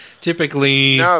typically